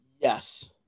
Yes